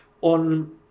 on